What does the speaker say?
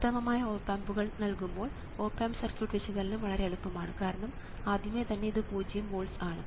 ഉത്തമമായ ഓപ് ആമ്പുകൾ നൽകുമ്പോൾ ഓപ് ആമ്പ് സർക്യൂട്ട് വിശകലനം വളരെ എളുപ്പമാണ് കാരണം ആദ്യമേ തന്നെ ഇത് പൂജ്യം വോൾട്സ് ആണ്